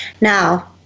Now